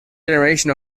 generation